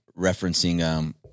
referencing